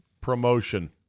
promotion